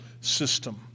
system